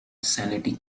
sanity